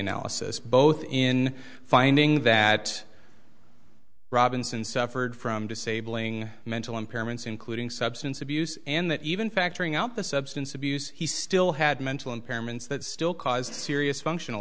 analysis both in finding that robinson suffered from disabling mental impairments including substance abuse and that even factoring out the substance abuse he still had mental impairments that still caused serious functional